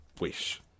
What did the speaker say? wish